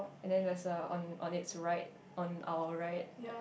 and then there's a on on it's on our right